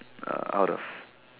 uh out of